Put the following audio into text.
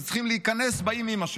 אז צריכים להיכנס באימ-אימא שלו.